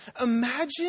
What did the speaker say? Imagine